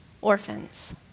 orphans